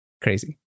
Crazy